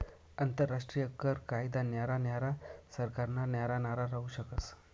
आंतरराष्ट्रीय कर कायदा न्यारा न्यारा सरकारना न्यारा न्यारा राहू शकस